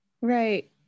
right